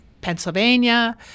Pennsylvania